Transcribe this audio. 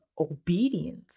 obedience